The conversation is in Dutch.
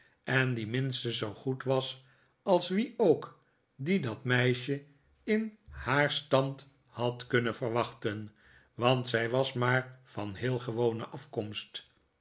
en die minstens zoo goed was als wie ook dien dat meisje in haar stand had kunnen verwachten want zij was maar van heel gewone afkomst